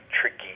tricky